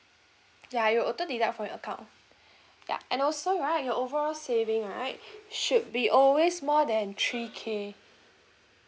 ya it will auto deduct from your account ya and also right your overall saving right should be always more than three K